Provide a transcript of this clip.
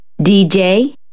DJ